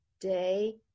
day